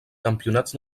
campionats